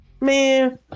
man